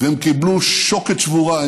וקיבלו שוקת שבורה,